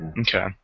Okay